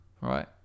Right